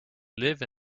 live